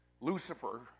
Lucifer